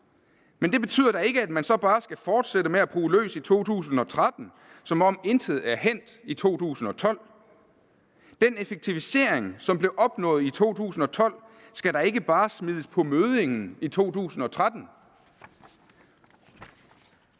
Men det betyder da ikke, at man så bare skal fortsætte med at bruge løs i 2013, som om intet er hændt i 2012. Den effektivisering, som blev opnået i 2012, skal da ikke bare smides på møddingen i 2013.